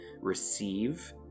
receive